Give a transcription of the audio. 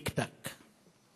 תיק-תק.